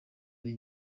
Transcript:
ari